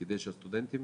כדי שלסטודנטים